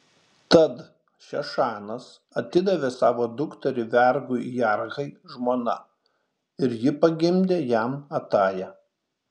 tad šešanas atidavė savo dukterį vergui jarhai žmona ir ji pagimdė jam atają